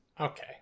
okay